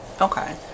okay